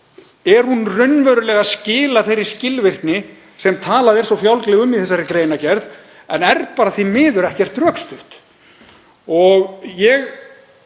Er hún raunverulega að skila þeirri skilvirkni sem talað er svo fjálglega um? Í þessari greinargerð er það því miður ekkert rökstutt. Ég vona